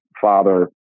father